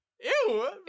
Ew